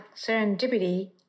serendipity